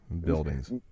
buildings